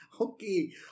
okay